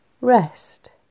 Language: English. rest